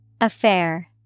Affair